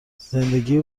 زندگی